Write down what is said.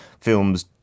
films